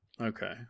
Okay